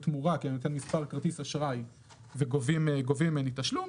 בתמורה כי אני נותן מספר כרטיס אשראי וגובים ממני תשלום,